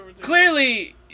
Clearly